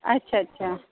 अच्छा अच्छा